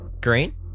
green